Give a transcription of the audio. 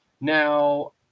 Now